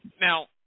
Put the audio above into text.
Now